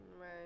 Right